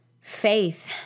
faith